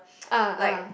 ah ah